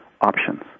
options